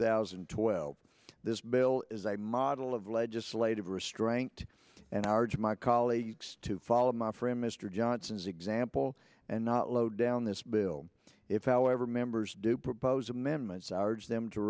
thousand and twelve this bill is a model of legislative restraint and arjen my colleagues to follow my frame mr johnson's example and not low down this bill if however members do propose amendments are just them to